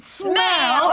smell